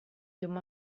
llum